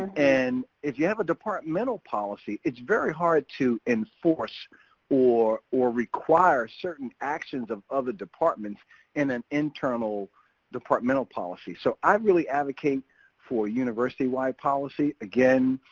and if you have a departmental policy it's very hard to enforce or or require certain actions of other departments in an internal departmental policy. so i really advocate for a university-wide policy. again,